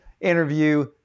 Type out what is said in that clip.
interview